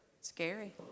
scary